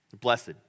blessed